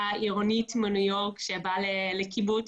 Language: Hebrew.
לדברר את הצבא בעולם הבינלאומי,